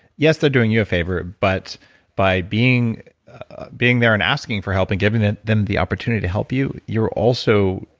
yes, they're doing you a favor, but by being being there and asking for help and giving them them the opportunity to help you, you're also,